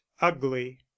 ugly